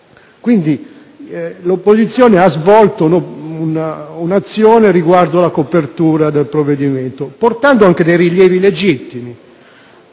che l'opposizione ha svolto un'azione riguardo alla copertura del provvedimento, portando anche dei rilievi legittimi